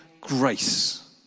grace